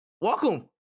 welcome